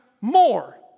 more